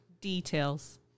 Details